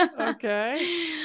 Okay